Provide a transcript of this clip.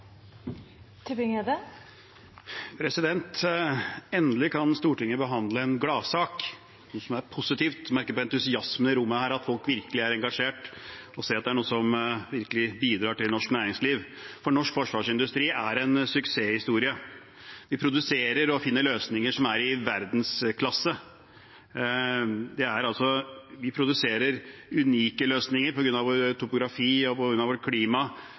positivt. Jeg merker på entusiasmen i rommet at folk virkelig er engasjert og ser at det er noe som virkelig bidrar til norsk næringsliv. For norsk forsvarsindustri er en suksesshistorie, de produserer og finner løsninger som er i verdensklasse. Vi produserer unike løsninger på grunn av vår topografi og vårt klima,